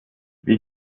wie